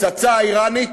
הפצצה האיראנית.